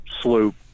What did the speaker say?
sloop